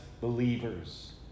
believers